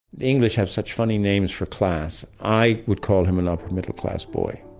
the english have such funny names for class. i would call him an upper-middle-class boy.